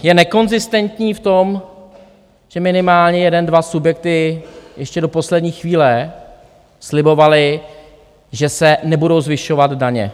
Je nekonzistentní v tom, že minimálně jeden dva subjekty ještě do poslední chvíle slibovaly, že se nebudou zvyšovat daně.